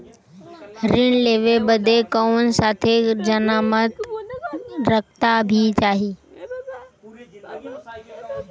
ऋण लेवे बदे कउनो साथे जमानत करता भी चहिए?